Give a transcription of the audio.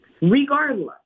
regardless